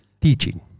Teaching